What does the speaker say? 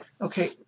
Okay